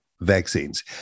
vaccines